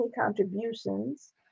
contributions